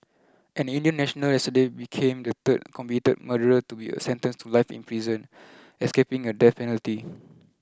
an Indian national yesterday became the third convicted murderer to be sentenced to life in prison escaping a death penalty